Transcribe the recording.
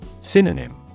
Synonym